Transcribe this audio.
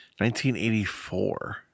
1984